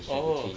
oh